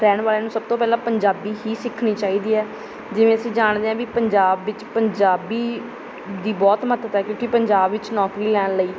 ਰਹਿਣ ਵਾਲਿਆਂ ਨੂੰ ਸਭ ਤੋਂ ਪਹਿਲਾਂ ਪੰਜਾਬੀ ਹੀ ਸਿੱਖਣੀ ਚਾਹੀਦੀ ਹੈ ਜਿਵੇਂ ਅਸੀਂ ਜਾਣਦੇ ਹਾਂ ਵੀ ਪੰਜਾਬ ਵਿੱਚ ਪੰਜਾਬੀ ਦੀ ਬਹੁਤ ਮਹੱਤਤਾ ਕਿਉਂਕਿ ਪੰਜਾਬ ਵਿੱਚ ਨੌਕਰੀ ਲੈਣ ਲਈ